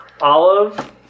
Olive